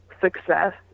Success